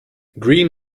green